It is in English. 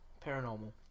paranormal